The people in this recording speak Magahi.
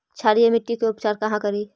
क्षारीय मिट्टी के उपचार कहा करी?